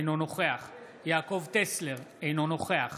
אינו נוכח יעקב טסלר, אינו נוכח